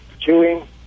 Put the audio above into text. chewing